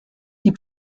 die